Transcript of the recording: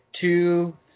two